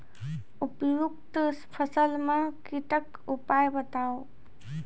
उपरोक्त फसल मे कीटक उपाय बताऊ?